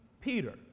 Peter